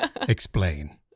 Explain